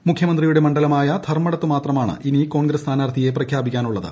്രമുഖ്യമന്ത്രിയുടെ മണ്ഡലമായ ധർമ്മടത്ത് മാത്രമാണ് ഇനീ ക്കോൺഗ്രസ് സ്ഥാനാർഥിയെ പ്രഖ്യാപിക്കാനുള്ളത്